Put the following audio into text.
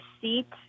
seat